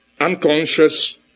unconscious